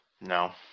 No